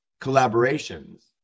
collaborations